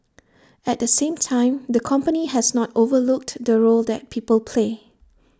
at the same time the company has not overlooked the role that people play